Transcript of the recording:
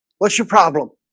what's your problem?